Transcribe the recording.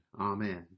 Amen